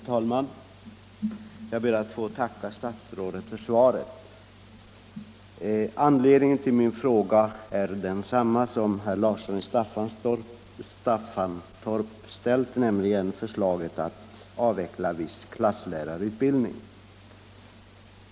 Herr talman! Jag ber att få tacka statsrådet för svaret. Anledningen till min fråga är densamma som herr Larssons i Staffanstorp, nämligen förslaget att avveckla viss klasslärarutbildning.